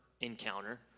encounter